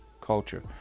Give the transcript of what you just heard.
culture